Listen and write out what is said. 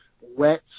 wet